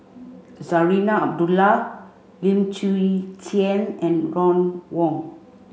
Zarinah Abdullah Lim Chwee Chian and Ron Wong